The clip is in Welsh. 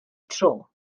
tro